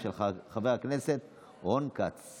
של חבר הכנסת רון כץ.